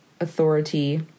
authority